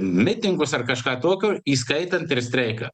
mitingus ar kažką tokio įskaitant ir streiką